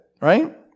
right